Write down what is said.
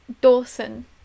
Dawson